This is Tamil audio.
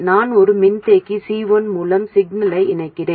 நான் ஒரு மின்தேக்கி C1 மூலம் சிக்னலை இணைக்கிறேன்